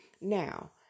Now